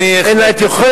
אדוני חבר הכנסת נסים זאב.